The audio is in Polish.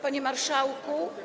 Panie Marszałku!